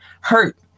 hurt